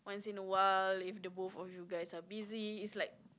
in a while if the both of you guys are busy it's like